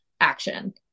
action